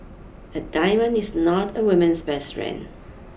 a diamond is not a woman's best friend